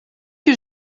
que